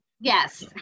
Yes